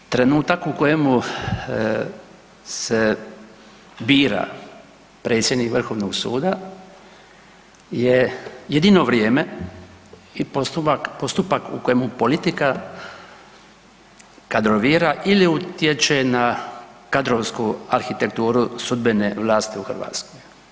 Trenutak u kojemu se bira predsjednik Vrhovnog suda je jedino vrijeme i postupak u kojemu politika kadrovira ili utječe na kadrovsku arhitekturu sudbene vlasti u Hrvatskoj.